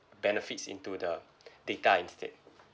benefits into the data instead